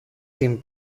την